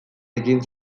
egin